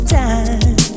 time